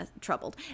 troubled